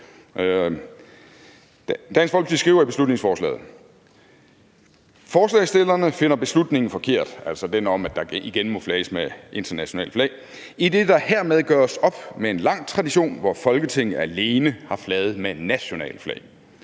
Dansk Folkeparti skriver i beslutningsforslaget: »Forslagsstillerne finder beslutningen forkert« – altså den om, at der igen må flages med internationalt flag – »idet der hermed gøres op med en lang tradition, hvor Folketinget alene har flaget med nationale flag.«